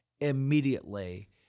immediately